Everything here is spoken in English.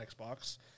Xbox